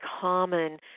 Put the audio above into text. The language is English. common